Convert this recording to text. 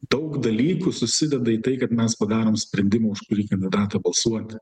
daug dalykų susideda į tai kad mes padarom sprendimą už kurį kandidatą balsuoti